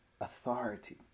authority